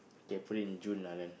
K put it in June like that